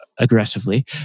Aggressively